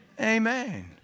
Amen